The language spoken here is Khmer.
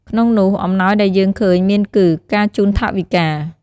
ក្នុងនោះអំណោយដែលយើងឃើញមានគឺ ការជូនថវិកា។